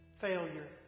failure